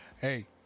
Hey